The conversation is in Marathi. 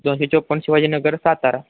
दोनशे चौपन शिवाजीनगर सातारा